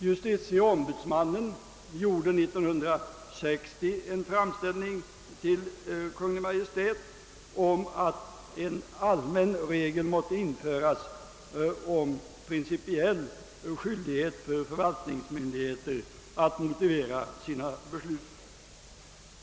Justitieombudsmannen gjorde 1960 en framställning till Kungl. Maj:t om att en allmän regel måtte införas om principiell skyldighet för förvaltningsmyndigheter att motivera sina beslut.